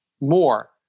more